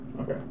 Okay